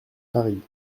paris